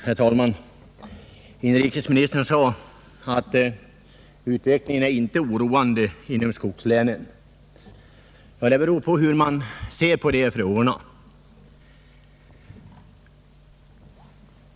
Herr talman! Inrikesministern sade att utvecklingen inte är oroande inom skogslänen. Ja, det beror på hur man ser på dessa frågor.